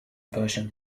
persian